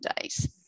days